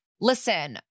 listen